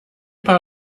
paar